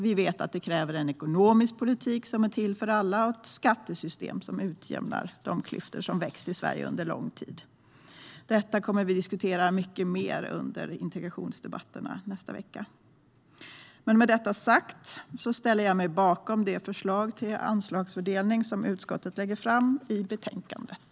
Vi vet att det kräver en ekonomisk politik som är till för alla och ett skattesystem som utjämnar de klyftor som har växt i Sverige under lång tid. Detta kommer vi att diskutera mycket mer under integrationsdebatterna nästa vecka. Med detta sagt ställer jag mig bakom det förslag till anslagsfördelning som utskottet lägger fram i betänkandet.